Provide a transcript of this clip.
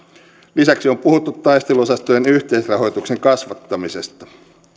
lisäksi on puhuttu taisteluosastojen yhteisrahoituksen kasvattamisesta